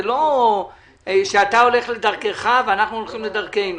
זה לא שאתה הולך לדרכך ואנחנו הולכים לדרכנו.